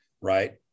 Right